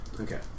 Okay